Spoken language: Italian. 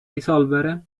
risolvere